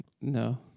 No